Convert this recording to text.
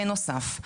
בנוסף.